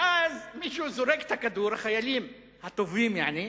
ואז מישהו זורק את הכדור, החיילים, הטובים, יעני.